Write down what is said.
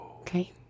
Okay